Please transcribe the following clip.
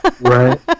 Right